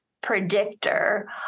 predictor